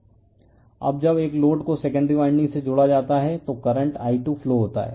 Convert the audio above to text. refer slide time 1015 अब जब एक लोड को सेकेंडरी वाइंडिंग से जोड़ा जाता है तो करंट I2 फ्लो होता है